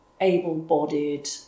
able-bodied